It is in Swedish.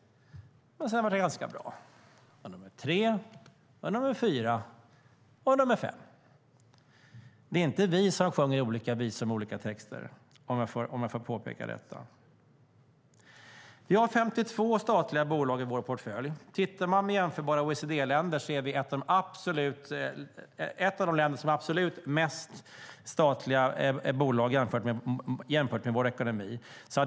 Men sedan var det ganska bra. På samma sätt var det med nummer tre, fyra och fem. Det är inte vi som sjunger olika visor med olika texter, om jag får påpeka detta. Vi har 52 statliga bolag i vår portfölj. Bland jämförbara OECD-länder är vi ett av de länder som har absolut flest statliga bolag i förhållande till landets ekonomi.